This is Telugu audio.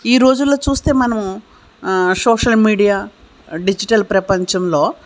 ఈ రోజులలో చూస్తే మనము సోషల్ మీడియా డిజిటల్ ప్రపంచంలో